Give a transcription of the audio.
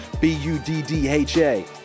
B-U-D-D-H-A